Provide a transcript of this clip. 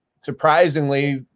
surprisingly